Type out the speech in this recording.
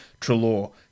Trelaw